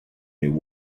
new